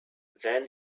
then